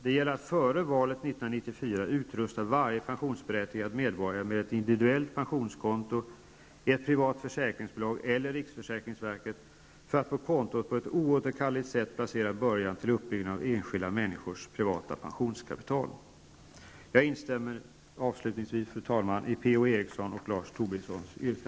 Det gäller att före valet 1994 utrusta varje pensionsberättigad medborgare med ett individuellt pensionskonto i ett privat försäkringsbolag eller i riksförsäkringsverket, för att på kontot för att på ett oåterkalleligt sätt placera och bygga upp enskilda människors privata pensionskapital. Fru talman! Jag instämmer avslutningsvis i Per-Ola